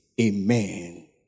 Amen